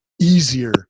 easier